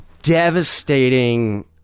Devastating